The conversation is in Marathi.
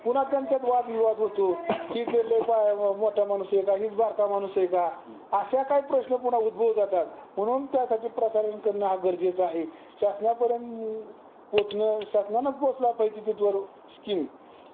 पुन्हा त्यांच्यात वादविवाद होतो हीच लय पा मोठा माणूस आहे का हीच बारका माणूस आहे का अशा काय प्रश्न पुन्हा उदभवुन जातात म्हणून त्यासाठी प्रसारण करणं हा गरजेच आहे शासनापर्यंत पोहचण शासनाने पोहचल पाहिजे तिथ वर स्कीम